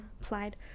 Applied